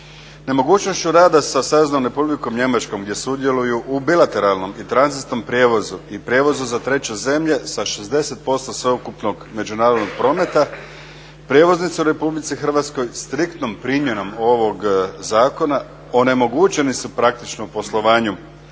Nemogućnošću rada sa Saveznom Republikom Njemačkom gdje sudjeluju u bilateralnom i tranzitnom prijevozu i prijevozu za treće zemlje sa 60% sveukupnog međunarodnog prometa prijevoznici u Republici Hrvatskoj striktnom primjenom ovog zakona onemogućeni su praktično poslovanju